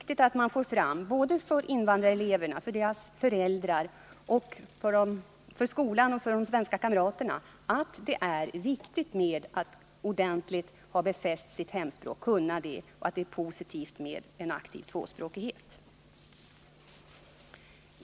För invandrareleverna och deras föräldrar, för skolan och de svenska kamraterna måste man framhålla att det är viktigt att ordentligt ha befäst sitt hemspråk samt att det är positivt med en aktiv tvåspråkighet.